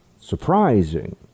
surprising